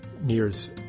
nears